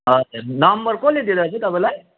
हजुर नम्बर कसले दियो दाजु तपाईँलाई